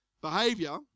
behavior